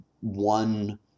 one